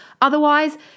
Otherwise